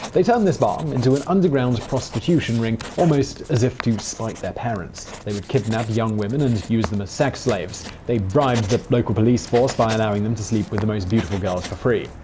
they turned this bar um into an underground prostitution ring, almost as if to spite their parents. they would kidnap young women, and use them as sex slaves. they bribed the local police force by allowing them to sleep with the most beautiful girls for free.